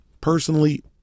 personally